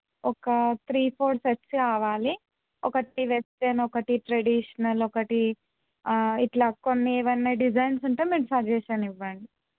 ఒక three four sets కావాలి ఒకటి వెస్ట్రన్ ఒకటి ట్రెడిషనల్ ఒకటి ఇట్లా కొన్ని ఏవైనా డిజైన్స్ ఉంటే మీరు సజెషన్ ఇవ్వండి